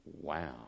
wow